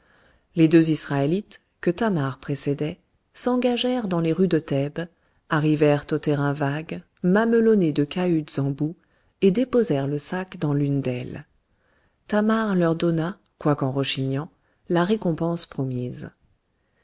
les deux israélites que thamar précédait s'engagèrent dans les rues de thèbes arrivèrent aux terrains vagues mamelonnés de cahutes en boue et déposèrent le sac dans l'une d'elles thamar leur donna quoique en rechignant la récompense promise